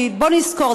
כי בואו נזכור,